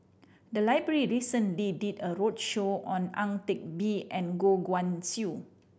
the library recently did a roadshow on Ang Teck Bee and Goh Guan Siew